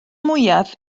mwyaf